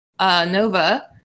Nova